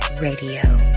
Radio